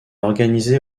organisé